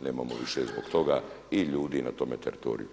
nemamo više zbog toga i ljudi na tome teritoriju.